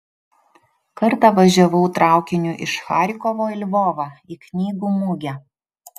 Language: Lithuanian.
kartą važiavau traukiniu iš charkovo į lvovą į knygų mugę